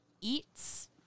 eats